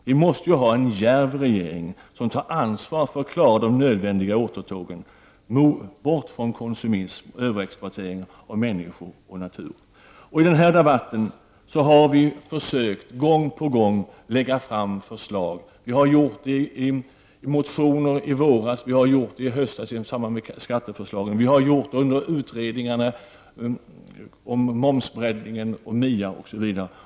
Vi måste ha en djärv regering som tar ansvar för att klara de nödvändiga återtågen, bort från ”konsumism” och överexploatering av människor och natur. I denna debatt har vi gång på gång försökt lägga fram förslag. Vi har gjort det i motioner i våras och i samband med skatteförslagen i höstas. Vi har gjort det under utredningarna om momsbreddningen, MIA osv.